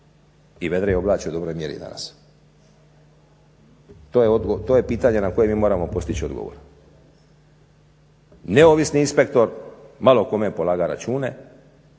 i vedre i oblače u dobroj mjeri danas? To je pitanje na koje mi moramo postići odgovor odgovor. Neovisni inspektor malo kome je polagao račune.